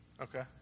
Okay